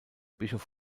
bischof